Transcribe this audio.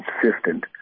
consistent